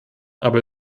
aber